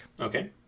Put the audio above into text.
okay